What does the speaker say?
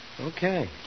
Okay